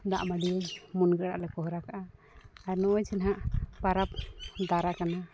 ᱫᱟᱜ ᱢᱟᱺᱰᱤ ᱢᱩᱱᱜᱟᱹ ᱟᱲᱟᱜ ᱞᱮ ᱠᱚᱨᱦᱟ ᱠᱟᱜᱼᱟ ᱟᱨ ᱱᱚᱜᱼᱚᱭ ᱡᱮ ᱱᱟᱜ ᱯᱟᱨᱟᱵᱽ ᱫᱟᱨᱟᱭ ᱠᱟᱱᱟ